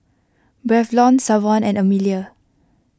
Braylon Savon and Emelia